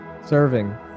serving